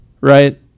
Right